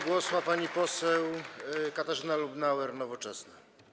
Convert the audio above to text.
Głos ma pani poseł Katarzyna Lubnauer, Nowoczesna.